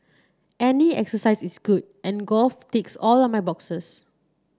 any exercises is good and golf ticks all my boxes